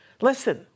Listen